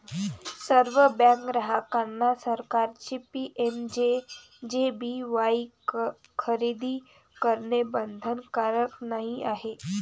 सर्व बँक ग्राहकांना सरकारचे पी.एम.जे.जे.बी.वाई खरेदी करणे बंधनकारक नाही आहे